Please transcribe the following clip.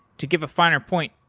to give a finer point,